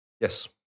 Yes